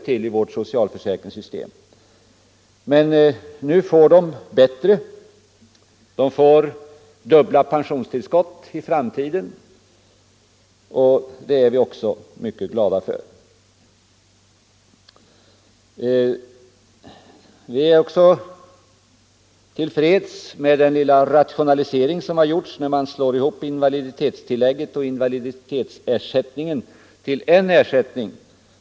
Nu får de det bättre i framtiden i och med dubbla pensionstillskott, och det är vi mycket glada för. Vi är också till freds med den lilla rationalisering som har gjorts när man slår ihop invaliditetstillägget och invaliditetsersättningen till en ersättning.